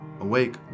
Awake